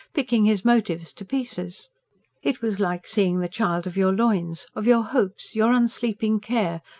picking his motives to pieces it was like seeing the child of your loins, of your hopes, your unsleeping care,